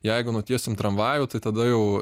jeigu nutiesim tramvajų tai tada jau